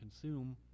consume